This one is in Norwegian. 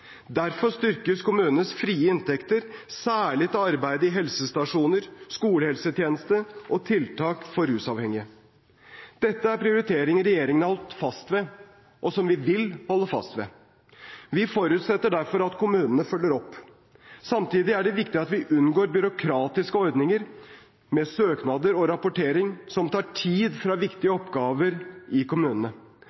Derfor styrkes kommunenes frie inntekter særlig til arbeidet i helsestasjonene, skolehelsetjenesten og tiltak for rusavhengige. Dette er prioriteringer regjeringen har holdt fast ved, og som vi vil holde fast ved. Vi forutsetter derfor at kommunene følger opp. Samtidig er det viktig at vi unngår byråkratiske ordninger med søknader og rapportering, som tar tid fra viktige oppgaver i kommunene.